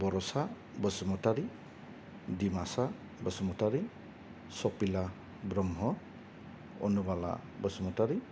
Borsa Basumatary Dimasa Basumatary Safila Brahma Anubala Basumatary